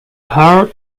hard